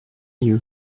you